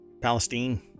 Palestine